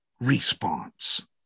response